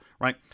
right